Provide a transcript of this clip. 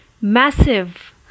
Massive